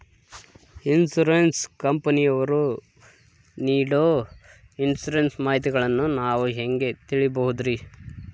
Insurance ಕಂಪನಿಯವರು ನೇಡೊ insurance ಮಾಹಿತಿಗಳನ್ನು ನಾವು ಹೆಂಗ ತಿಳಿಬಹುದ್ರಿ?